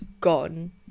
gone